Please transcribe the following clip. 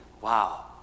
wow